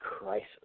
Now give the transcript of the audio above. crisis